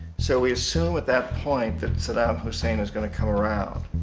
so, we assumed at that point that saddam hussein is gonna come around.